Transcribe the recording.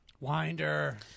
Winder